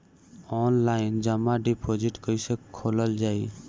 Online जमा deposit कैसे खोलल जाइ?